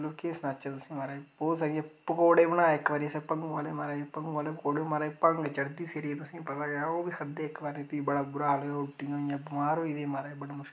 केह् सुनाचै तुसेंगी महाराज बोह्त सारी पकोड़े बनाए इक बारी असें भंगू आह्ले महारज भंगू आह्ले पकोड़े महाराज भंग चढ़दी सिरै गी तुसेंगी पता गै ओह् बी खाद्धे इक बारी फ्ही बड़ा बुरा हाल होआ उल्टियां होई गेइयां बमार होई गेदे हे महाराज बड़ा मुश्कलें